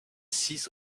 six